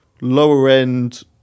lower-end